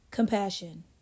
Compassion